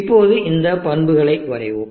இப்போது பண்புகளை வரைவோம்